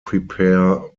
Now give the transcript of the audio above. prepare